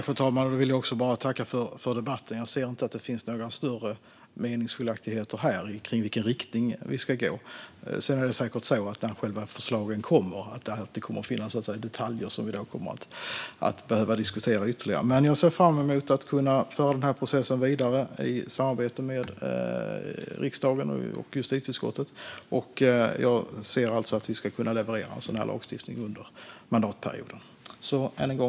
Fru talman! Jag vill också tacka för debatten. Jag ser inte att det finns några större meningsskiljaktigheter när det gäller i vilken riktning vi ska gå. Sedan är det säkert så att när själva förslagen kommer finns det detaljer som vi kommer att behöva diskutera ytterligare. Men jag ser fram emot att kunna föra denna process vidare i samarbete med justitieutskottet och riksdagen i övrigt, och jag ser alltså att vi ska kunna leverera en sådan lagstiftning under mandatperioden.